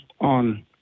on